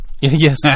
Yes